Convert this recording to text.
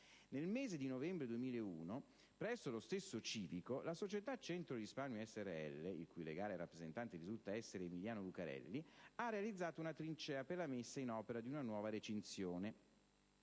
Nel mese di novembre 2001, presso lo stesso civico, la società Centro risparmio srl - il cui legale rappresentate risulta essere Emiliano Lucarelli - ha realizzato una trincea per la messa in opera di una nuova recinzione